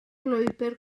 lwybr